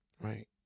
right